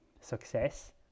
success